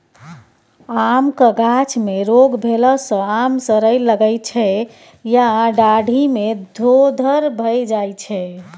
आमक गाछ मे रोग भेला सँ आम सरय लगै छै या डाढ़ि मे धोधर भए जाइ छै